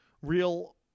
real